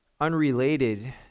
unrelated